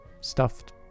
stuffed